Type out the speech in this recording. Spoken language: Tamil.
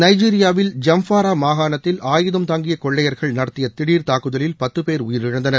நைஜீரியாவில் ஜம்ஃபாரா மாகாணத்தில் ஆயுதம் தாங்கிய கொள்ளையர்கள் நடத்திய திடர் தாக்குதலில் பத்து பேர் உயிரிழந்தனர்